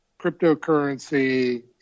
cryptocurrency